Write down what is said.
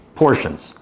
portions